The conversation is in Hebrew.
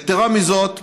יתרה מזאת,